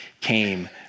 came